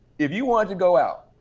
if you wanted to go out,